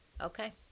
okay